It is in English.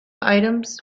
items